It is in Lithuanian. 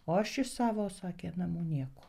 o aš iš savo sakė namų niekur